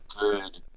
good